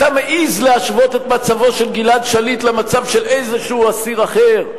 אתה מעז להשוות את מצבו של גלעד שליט למצב של איזה אסיר אחר?